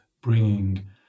bringing